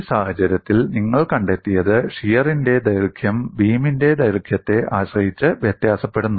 ഈ സാഹചര്യത്തിൽ നിങ്ങൾ കണ്ടെത്തിയത് ഷിയറിൻറെ ദൈർഘ്യം ബീമിന്റെ ദൈർഘ്യത്തെ ആശ്രയിച്ച് വ്യത്യാസപ്പെടുന്നു